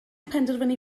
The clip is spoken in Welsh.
penderfynu